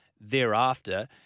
thereafter